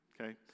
Okay